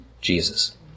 Jesus